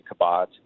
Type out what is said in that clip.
Kabat